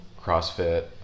crossfit